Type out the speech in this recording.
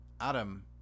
Adam